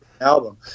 album